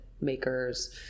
Makers